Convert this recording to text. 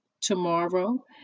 tomorrow